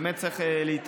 באמת צריך להתעמק,